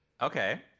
Okay